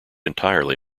entirely